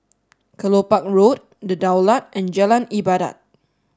Kelopak Road The Daulat and Jalan Ibadat